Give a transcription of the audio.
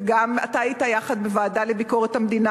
ואתה היית יחד בוועדה לביקורת המדינה,